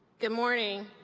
good morning.